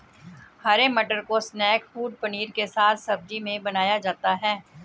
हरे मटर को snack food paneer के साथ सब्जी में बनाया जाता है